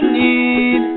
need